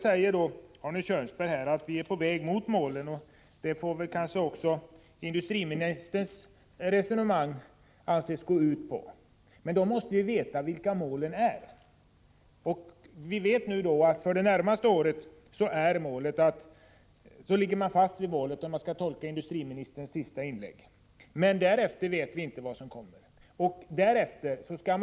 Arne Kjörnsberg säger att vi är på väg mot målen, och det får kanske också industriministerns resonemang anses gå ut på. Men då måste man veta vilka målen är. För det närmaste året står man fast vid målet, om jag rätt tolkar industriministerns senaste inlägg. Men vad som kommer därefter vet vi inte.